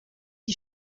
die